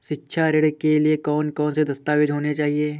शिक्षा ऋण के लिए कौन कौन से दस्तावेज होने चाहिए?